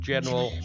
General